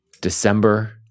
December